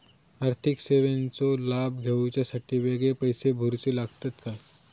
आर्थिक सेवेंचो लाभ घेवच्यासाठी वेगळे पैसे भरुचे लागतत काय?